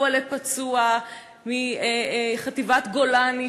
מפצוע לפצוע מחטיבת גולני,